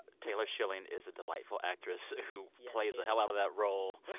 taylor schilling is a delightful actress who plays the hell out of that role.